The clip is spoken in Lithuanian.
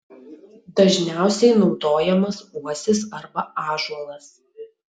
dažniausiai naudojamas uosis arba ąžuolas